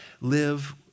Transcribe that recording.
live